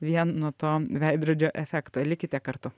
vien nuo to veidrodžio efekto likite kartu